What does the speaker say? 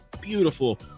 beautiful